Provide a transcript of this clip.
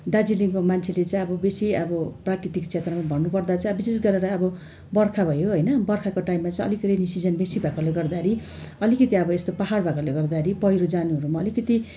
दार्जिलिङको मान्छेले चाहिँ अब बेसी अब प्राकृतिक क्षेत्रमा भन्नुपर्दा चाहिँ बिषेश गरेर अब बर्खा भयो होइन बर्खाको टाइममा चाहिँ अलिक रेनी सिजन बेसी भएकोले गर्दाखेरि अलिकिती अब यस्तो पहाड भएकोले गर्दाखेरि पहिरो जानुहरूमा अलिकती